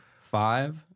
five